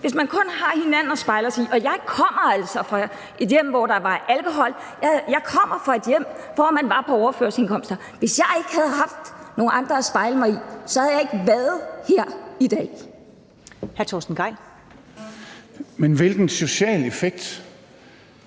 vi skal have nogle at spejle os i. Jeg kommer altså fra et hjem, hvor der var alkohol; jeg kommer fra et hjem, hvor man var på overførselsindkomst, og hvis ikke jeg havde haft nogle andre at spejle mig i, havde jeg ikke været her i dag. Kl. 14:27 Første